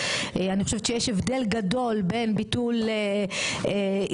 אני חושבת שיש הבדל גדול בין ביטול עילת